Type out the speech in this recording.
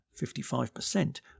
55%